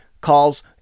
calls